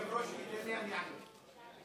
אם היושב-ראש ייתן לי, אני אענה.